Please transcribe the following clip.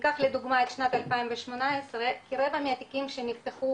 ניקח לדוגמא את שנת 2018 כרבע מהתיקים שנפתחו